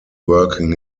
working